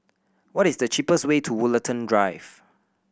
what is the cheapest way to Woollerton Drive